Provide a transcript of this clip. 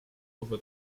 over